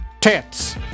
tits